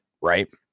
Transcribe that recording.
right